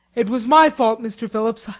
it was my fault mr. phillips.